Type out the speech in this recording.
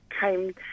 came